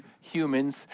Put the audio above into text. humans